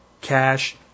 cash